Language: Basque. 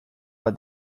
bat